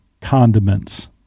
condiments